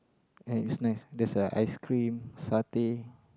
and it's nice that's a ice cream satay